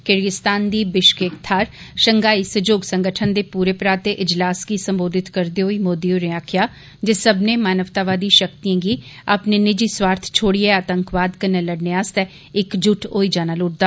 Kyrgyzstan दी Bishkek थाहर Shanghai सहयोग संगठन दे पूरे पराते इजलास गी संबोधित करदे होई मोदी होरें आक्खेआ जे सब्मनें मानवतावादी शक्तियें गी अपने निजि स्वार्थ छोड़ियै आतंकवाद कन्नै लड़ने आस्तै इकजुट होई जाना लोड़चदा